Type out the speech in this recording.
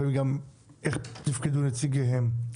וגם איך תפקוד נציגיהן.